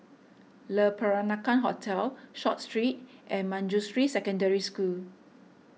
Le Peranakan Hotel Short Street and Manjusri Secondary School